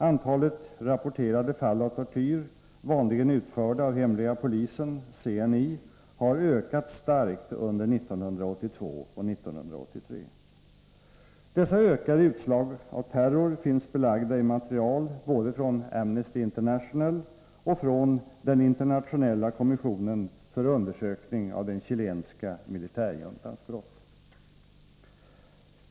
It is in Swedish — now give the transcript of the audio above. Antalet rapporterade fall av tortyr, vanligen utförda av hemliga polisen , har ökat starkt under 1982 och 1983. Dessa ökade utslag av terror finns belagda i material både från Amnesty International och från Den internationella kommissionen för undersökning av den chilenska militärjuntans brott.